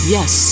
Yes